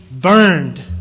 burned